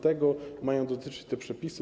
Tego mają dotyczyć te przepisy.